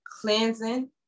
cleansing